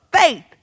faith